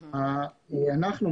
אנחנו,